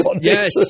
yes